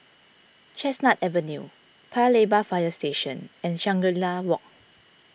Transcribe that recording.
Chestnut Avenue Paya Lebar Fire Station and Shangri La Walk